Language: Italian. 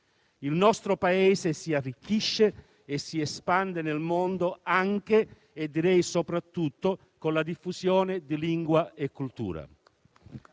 Il nostro Paese si arricchisce e si espande nel mondo, anche - e, direi, soprattutto - con la diffusione della sua lingua